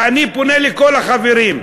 ואני פונה לכל החברים,